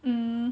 mm